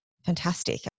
Fantastic